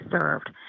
served